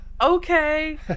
Okay